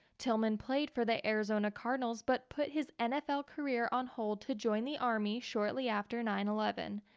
tillman played for the arizona cardinals but put his nfl career on hold to join the army shortly after nine eleven.